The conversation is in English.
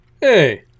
Hey